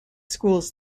schools